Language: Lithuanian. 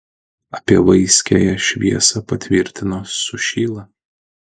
apie vaiskiąją šviesą patvirtino sušyla